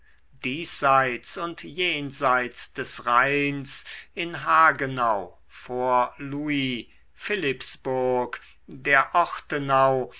diesseits und jenseits des rheins in hagenau fort louis philippsburg der ortenau